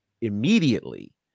immediately